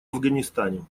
афганистане